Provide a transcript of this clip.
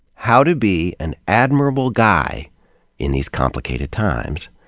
how to be an admirable guy in these complicated times.